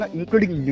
Including